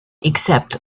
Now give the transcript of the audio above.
except